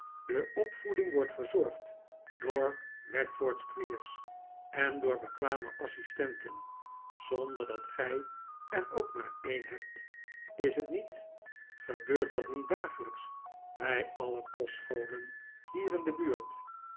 de opvoeding wordt verzorgd door wackford squeers en door bekwame assistenten zonder dat gij er ook maar een hebt is t niet gebeurt dat niet dagelijks bij alle kostscholen hier in de buurt